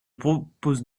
propose